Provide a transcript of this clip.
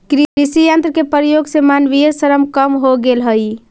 कृषि यन्त्र के प्रयोग से मानवीय श्रम कम हो गेल हई